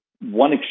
one